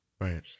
Right